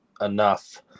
enough